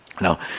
Now